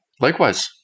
Likewise